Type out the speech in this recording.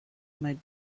might